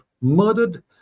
murdered